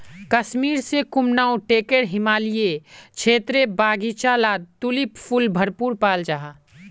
कश्मीर से कुमाऊं टेकर हिमालयी क्षेत्रेर बघिचा लात तुलिप फुल भरपूर पाल जाहा